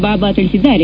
ಬಾಬಾ ತಿಳಿಸಿದ್ದಾರೆ